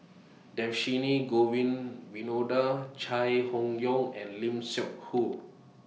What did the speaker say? Dhershini Govin Winodan Chai Hon Yoong and Lim Seok Hu